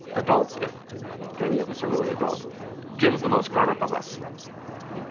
adults, if any of us are really adults jim is the most grownup of us.